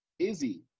Izzy